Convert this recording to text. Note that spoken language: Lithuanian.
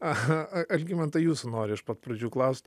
aha algimantai jūsų noriu iš pat pradžių klaust